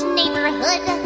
neighborhood